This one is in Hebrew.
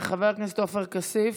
חבר הכנסת עופר כסיף,